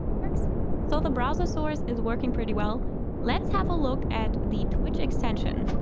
works so the browser source is working pretty well let's have a look at the twitch extension